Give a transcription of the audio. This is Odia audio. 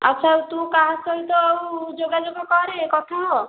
ଆଛା ହେଉ ତୁ କାହା ସହିତ ଆଉ ଯୋଗାଯୋଗ କରେ କଥା ହୁଅ